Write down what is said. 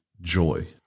joy